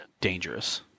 dangerous